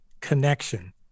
connection